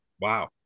Wow